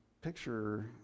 picture